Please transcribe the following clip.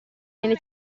nelle